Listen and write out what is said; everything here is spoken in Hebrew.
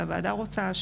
שהוועדה רוצה,